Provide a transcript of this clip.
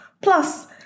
Plus